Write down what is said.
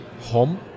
home